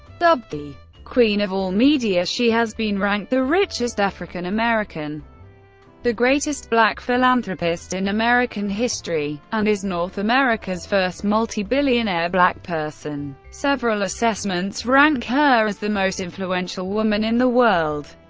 dubbed the queen of all media, she has been ranked the richest african-american, the greatest black philanthropist in american history, and is north america's first multi-billionaire black person. several assessments rank her as the most influential woman in the world.